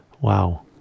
Wow